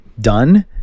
done